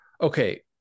Okay